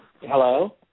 Hello